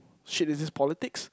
shit is this politics